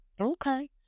Okay